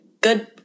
good